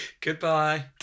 Goodbye